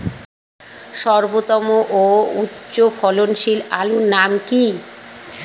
সর্বোত্তম ও উচ্চ ফলনশীল আলুর নাম কি?